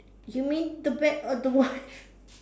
you mean the bat or the wife